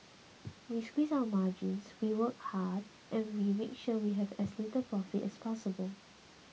we squeeze our margins we work hard and we make sure that we have as little profit as possible